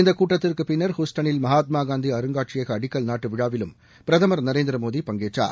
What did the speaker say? இந்த கூட்டத்திற்கு பின்னர் ஹுஸ்டனில் மகாத்மா காந்தி அருங்காட்சியக அடிக்கல் நாட்டுவிழாவிலும் பிரதமர் நரேந்திர மோதி பங்கேற்றார்